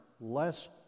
less